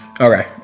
Okay